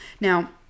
Now